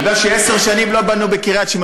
אתה יודע שעשר שנים לא בנו בקריית-שמונה.